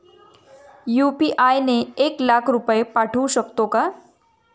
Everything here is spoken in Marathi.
यु.पी.आय ने एक लाख रुपये पाठवू शकतो का?